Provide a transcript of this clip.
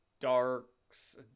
Darks